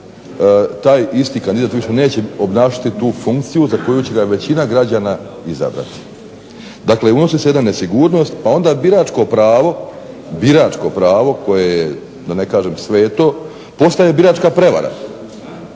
taj isti kandidat više neće obnašati tu funkciju za koju će ga većina građana izabrati. Dakle unosi se jedna nesigurnost, pa onda biračko pravo, biračko pravo koje je da ne kažem sveto postaje biračka prevara